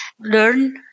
learn